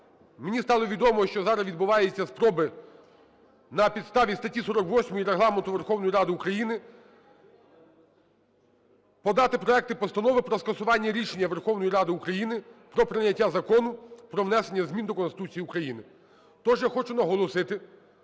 Мені стало відомо, що зараз відбуваються спроби на підставі статті 48 Регламенту Верховної Ради України подати проекти постанов про скасування рішення Верховної Ради України про прийняття Закону про внесення змін до Конституції України. То ж я хочу наголосити,